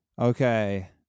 Okay